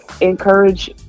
encourage